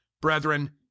brethren